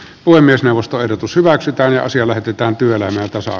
puhemiesneuvosto ehdotus hyväksytään ja asia lähetetään työelämätasoa